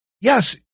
yes